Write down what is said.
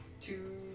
two